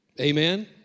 Amen